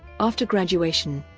after graduation,